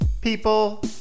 people